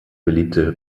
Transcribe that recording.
beliebte